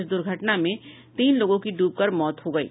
इस द्र्घटना में तीन लोगों की ड्बकर मौत हो गयी